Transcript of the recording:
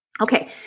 Okay